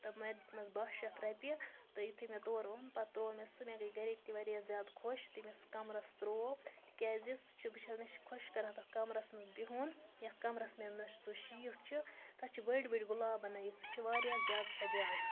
تہٕ مےٚ دِتمَس باہہ شَتھ رۄپیہِ تہٕ یُتھُے مےٚ تورٕ اوٚن پَتہٕ تروو مےٚ سُہ مےٚ گے گَرٕکۍ تہِ واریاہ زیادٕ خۄش یُتھُے مےٚ سُہ کَمرَس تروو تکیازِ سُہ چھُ بہٕ چھَس مےٚ چھُ خۄش کَران تَتھ کَمرَس مَنٛز بِہُن یتھ کَمرس مَنٛز مےٚ سُہ شیٖٹ چھُ تتھ چھِ بٔڑۍ بٔڑۍ گُلاب بَنٲوِتھ سُہ چھُ واریاہ زیادٕ سَجان